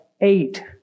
eight